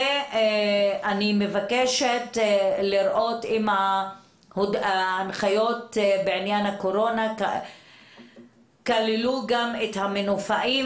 ואני מבקשת לראות אם ההנחיות בעניין הקורונה כללו גם את המנופאים